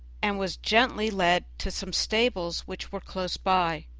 and was gently led to some stables which were close by.